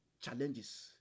challenges